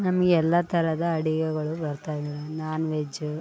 ನಮಗೆಲ್ಲ ಥರದ ಅಡುಗೆಗಳು ಬರ್ತವೆ ನಾನ್ ವೆಜ್